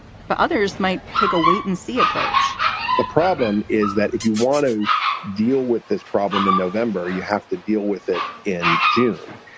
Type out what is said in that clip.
but others might take a wait and see approach the problem is that if you want to deal with this problem in november, you have to deal with it. in june,